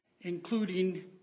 including